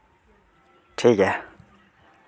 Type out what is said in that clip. ᱴᱷᱤᱠ ᱜᱮᱭᱟ